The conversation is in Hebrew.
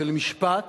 של משפט.